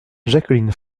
jacqueline